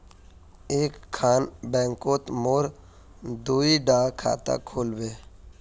एक खान बैंकोत मोर दुई डा खाता खुल बे?